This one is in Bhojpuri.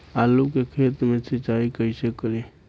आलू के खेत मे सिचाई कइसे करीं?